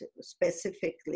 specifically